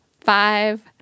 five